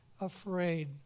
afraid